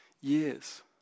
years